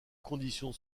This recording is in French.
conditions